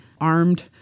armed